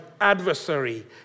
adversary